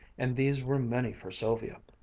and these were many for sylvia,